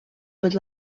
будь